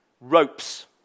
Ropes